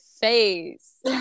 face